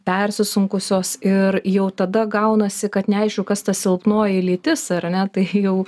persisunkusios ir jau tada gaunasi kad neaišku kas ta silpnoji lytis ar ne tai jau